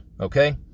Okay